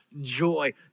joy